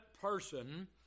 person